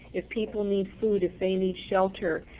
if people need food, if they need shelter,